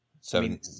seven